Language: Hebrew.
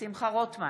שמחה רוטמן,